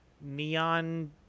neon